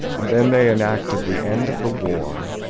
and then they enacted the end of the war,